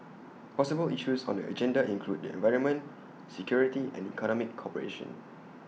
possible issues on the agenda include the environment security and economic cooperation